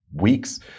weeks